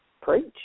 Preach